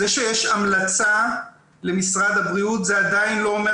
זה שיש המלצה למשרד הבריאות זה עדיין לא אומר